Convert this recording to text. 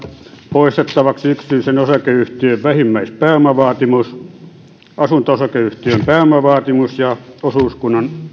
poistettavaksi yksityisen osakeyhtiön vähimmäispääomavaatimus asunto osakeyhtiön pääomavaatimus ja osuuskunnan